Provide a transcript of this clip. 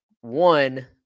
one